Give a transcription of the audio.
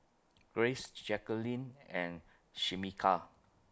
Grace Jacquelin and Shameka